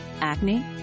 Acne